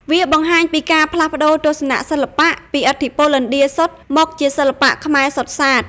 វាបង្ហាញពីការផ្លាស់ប្តូរទស្សនៈសិល្បៈពីឥទ្ធិពលឥណ្ឌាសុទ្ធ មកជាសិល្បៈខ្មែរសុទ្ធសាធ។